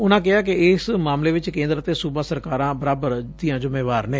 ਉਨਾਂ ਕਿਹਾ ਕਿ ਇਸ ਮਾਮਲੇ ਚ ਕੇਂਦਰ ਅਤੇ ਸੁਬਾ ਸਰਕਾਰਾਂ ਬਰਾਬਰ ਦੀਆਂ ਜ਼ਿਮੇਵਾਰ ਨੇ